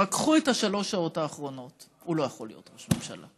קחו את שלוש השעות האחרונות: הוא לא יכול להיות ראש ממשלה.